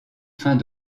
fins